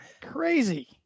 Crazy